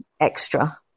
extra